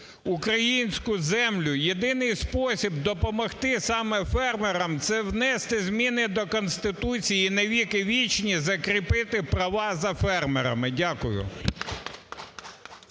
українську землю, єдиний спосіб допомогти саме фермерам – це внести зміни до Конституції і навіки вічні закріпити права за фермерами. Дякую.